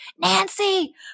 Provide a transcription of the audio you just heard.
Nancy